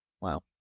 Wow